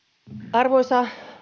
arvoisa